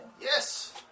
Yes